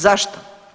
Zašto?